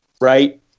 right